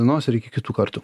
dienos ir iki kitų kartų